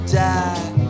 die